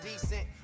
decent